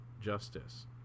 justice